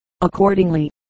Accordingly